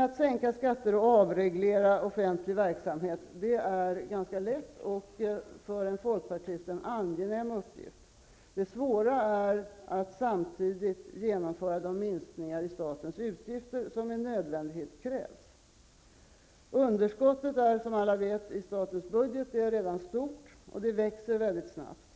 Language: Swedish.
Att sänka skatter och avreglera offentlig verksamhet är ganska lätt och för en folkpartist en angenäm uppgift. Det svåra är att samtidigt genomföra de minskningar i statens utgifter som med nödvändighet krävs. Underskottet i statens budget är som alla vet redan stort. Och det växer mycket snabbt.